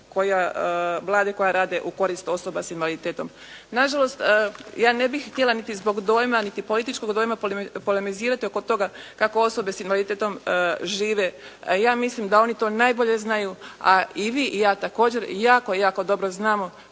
Vlade koja rade u korist osoba sa invaliditetom. Nažalost, ja ne bih htjela niti zbog dojma, niti političkog dojma polemizirati oko toga kako osobe s invaliditetom žive, a ja mislim da oni to najbolje znaju, a i vi i ja također jako, jako dobro znamo